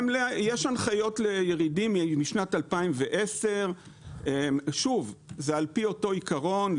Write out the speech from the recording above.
יש הנחיות לירידים משנת 2010. שוב זה על פי אותו עיקרון.